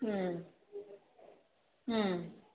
ꯎꯝ ꯎꯝ